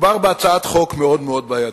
מדובר בהצעת חוק מאוד בעייתית.